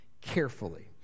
carefully